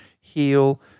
heal